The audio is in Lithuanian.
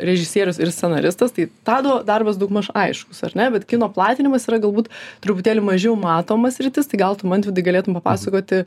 režisierius ir scenaristas tai tado darbas daugmaž aiškus ar ne bet kino platinimas yra galbūt truputėlį mažiau matoma sritis tai gal tu mantvidai galėtum papasakoti